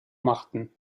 machten